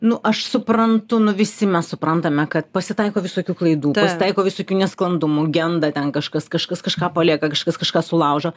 nu aš suprantu nu visi mes suprantame kad pasitaiko visokių klaidų pasitaiko visokių nesklandumų genda ten kažkas kažkas kažką palieka kažkas kažką sulaužo